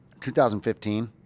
2015